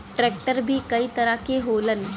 tractor भी कई तरह के होलन